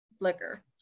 liquor